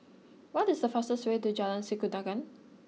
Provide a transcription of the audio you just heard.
what is the faster way to Jalan Sikudangan